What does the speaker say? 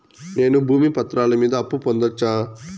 నేను భూమి పత్రాల మీద అప్పు పొందొచ్చా?